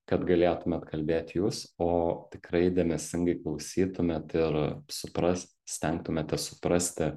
kad galėtumėt kalbėt jūs o tikrai dėmesingai klausytumėt ir supras stengtumėtės suprasti